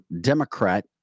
Democrat